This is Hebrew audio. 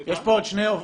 זה לא היה ורוד.